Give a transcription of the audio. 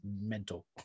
mental